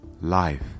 life